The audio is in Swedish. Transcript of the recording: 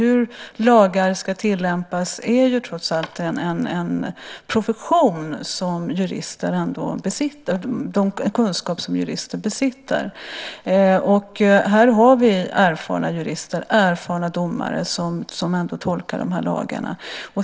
Hur lagar ska tillämpas är trots allt en kunskap som jurister besitter. Här har vi erfarna jurister, erfarna domare som tolkar de här lagarna.